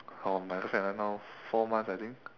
oh my girlfriend ah now four months I think